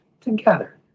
together